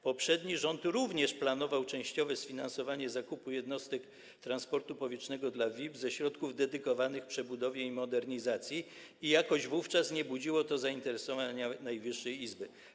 Poprzedni rząd również planował częściowe sfinansowanie zakupu jednostek transportu powietrznego dla VIP-ów ze środków dedykowanych przebudowie i modernizacji i jakoś wówczas nie budziło to zainteresowania Najwyższej Izby Kontroli.